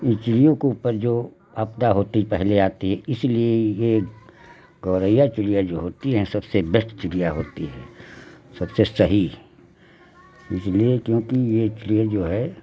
इन चिड़ियों के ऊपर जो आपदा होती पहले आती है इसलिए यह गौरैया चिड़िया जो होती हैं सबसे बेस्ट चिड़िया होती है सबसे सही इसलिए क्योंकि यह चिड़िया जो है